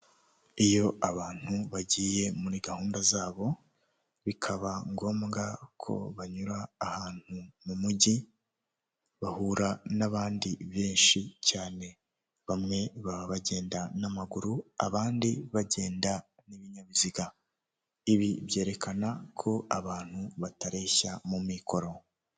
Iyo abantu bagiye muri gahunda zabo bikaba ngombwa ko banyura ahantu mu mujyi bahura n'abandi benshi cyane, bamwe baba bagenda n'amaguru abandi bagenda n'ibinyabiziga, ibi byerekana ko abantu batareshya mu mikoro.